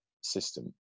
system